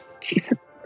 Jesus